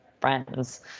friends